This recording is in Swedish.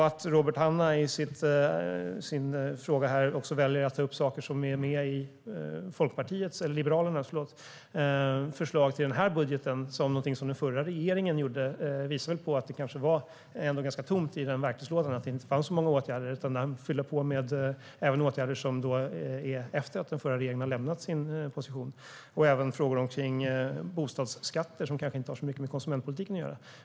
Att Robert Hannah valde i sin fråga att ta upp saker som är med i Liberalernas förslag i den här budgeten som någonting som den förra regeringen gjorde visar att det ändå kanske var ganska tomt i den verktygslådan, att det inte fanns några åtgärder. Han har fått fylla på med åtgärder efter det att den förra regeringen har lämnat sin position. Det är även frågor kring bostadsskatter, som kanske inte har så mycket med konsumentpolitiken att göra.